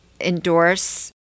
endorse